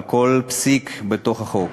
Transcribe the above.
על כל פסיק בחוק.